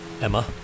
Emma